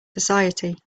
society